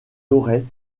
aurait